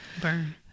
burn